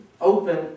open